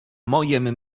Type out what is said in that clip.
mojem